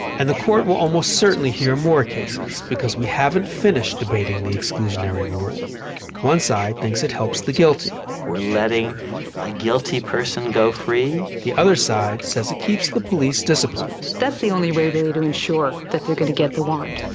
and the court will almost certainly hear more cases because we haven't finished debating the exclusionary rule one side thinks it helps the guilty. we're letting a guilty person go free. the other side says it keeps the police disciplined. that's the only way, really, to ensure that they're going to get the warrant.